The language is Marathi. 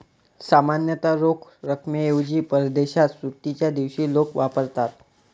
सामान्यतः रोख रकमेऐवजी परदेशात सुट्टीच्या दिवशी लोक वापरतात